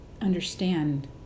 understand